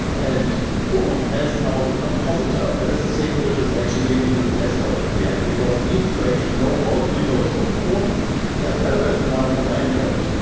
and chrome has now the compositor. that is the same, which is actually giving you the desktop in the end, because it needs to actually know all the windows on chrome as well as the one from android.